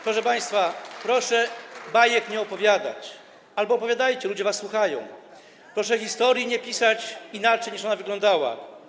Proszę państwa, proszę bajek nie opowiadać - albo opowiadajcie, ludzie was słuchają - proszę historii nie pisać inaczej, niż ona wyglądała.